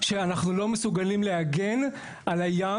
שאנחנו לא מסוגלים להגן על הים,